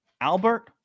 Albert